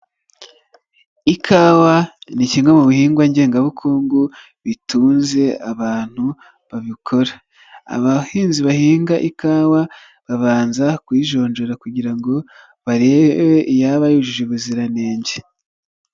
Ikawa ni kimwe mu bihingwa ngengabukungu bitunze abantu babikora, abahinzi bahinga ikawa babanza kuyijonjora kugira ngo barebe iyaba yujuje ubuziranenge.